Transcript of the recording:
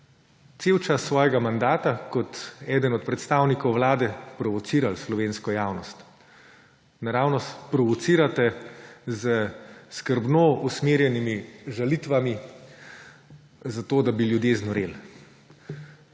ves čas svojega mandata kot eden od predstavnikov vlade provocirali slovensko javnost. Naravnost provocirate s skrbno usmerjenimi žalitvami, da bi ljudje znoreli.